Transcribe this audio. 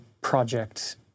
project